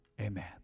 amen